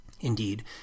Indeed